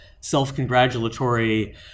self-congratulatory